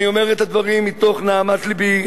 אני אומר את הדברים מתוך נהמת לבי.